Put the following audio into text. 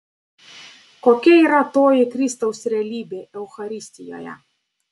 kokia yra toji kristaus realybė eucharistijoje